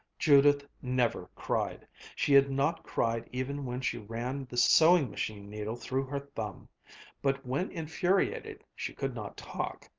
judith never cried she had not cried even when she ran the sewing-machine needle through her thumb but when infuriated she could not talk,